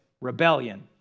rebellion